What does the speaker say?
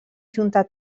junta